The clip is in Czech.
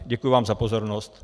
Děkuji vám za pozornost.